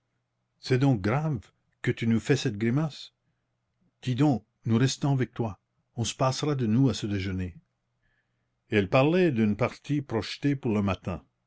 c'est donc grave que tu nous fais cette grimace dis donc nous restons avec toi on se passera de nous à ce déjeuner elle parlait d'une partie projetée pour le matin